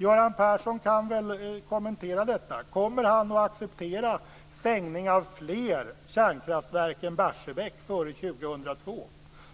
Göran Persson kan väl kommentera detta. Kommer han att acceptera stängning av fler kärnkraftverk än Barsebäck före 2002?